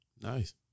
Nice